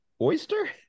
Oyster